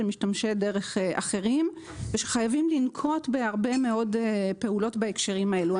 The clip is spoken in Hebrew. משתמשי דרך אחרים ושחייבים לנקוט בהרבה מאוד פעולות בהקשרים האלו.